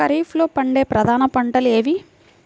ఖరీఫ్లో పండే ప్రధాన పంటలు ఏవి?